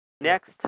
Next